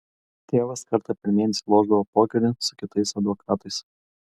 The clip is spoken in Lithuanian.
tėvas kartą per mėnesį lošdavo pokerį su kitais advokatais